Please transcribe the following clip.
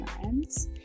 parents